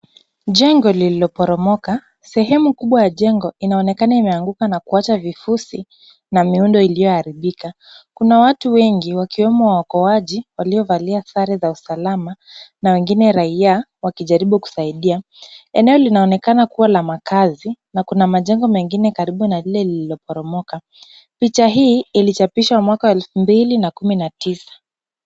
Jengo lililoporomoka. Sehemu kubwa ya jengo inaonekana imeanguka na kuacha vifusi na miundo iliyoharibika. Kuna watu wengi wakiwemo waokoaji waliovalia sare za usalama na wengine raia wakijaribu kusaidia. Eneo linaonekana kuwa la makazi na kuna majengo mengine karibu na lile lililoporomoka. Picha hii ilichapishwa mwaka wa elfu mbili na kumi na tisa.